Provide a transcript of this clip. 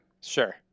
Sure